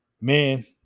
Man